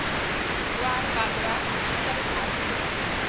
ज्वार बाजरा इ सब भारी होला